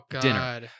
dinner